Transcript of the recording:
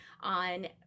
On